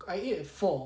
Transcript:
I ate at four